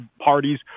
parties